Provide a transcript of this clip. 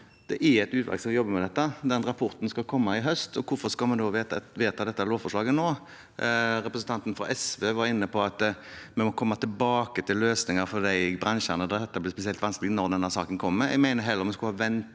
Det er et utvalg som jobber med dette, rapporten skal komme i høst – hvorfor skal man da vedta dette lovforslaget nå? Representanten fra SV var inne på at vi må komme tilbake til løsninger for de bransjene som dette blir spesielt vanskelig for, når denne saken kommer.